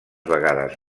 vegades